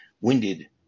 Winded